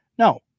No